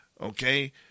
Okay